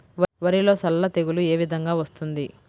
వరిలో సల్ల తెగులు ఏ విధంగా వస్తుంది?